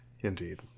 Indeed